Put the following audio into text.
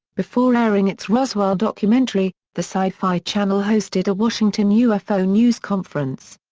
before airing its roswell documentary, the sci-fi channel hosted a washington ufo news conference.